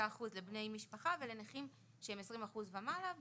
35% לבני משפחה ולנכים שהם 20% ומעלה.